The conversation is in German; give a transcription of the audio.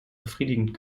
befriedigend